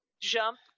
jump